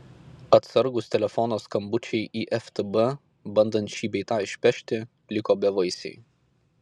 atsargūs telefono skambučiai į ftb bandant šį bei tą išpešti liko bevaisiai